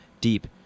deep